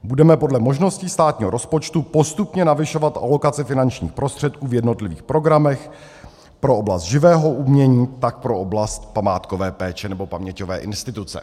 Budeme podle možností státního rozpočtu postupně navyšovat alokace finančních prostředků v jednotlivých programech pro oblast živého umění, tak pro oblast památkové péče nebo paměťové instituce.